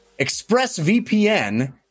ExpressVPN